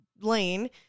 Lane